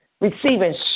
receiving